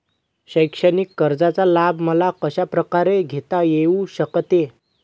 शैक्षणिक कर्जाचा लाभ मला कशाप्रकारे घेता येऊ शकतो?